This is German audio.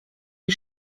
die